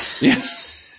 Yes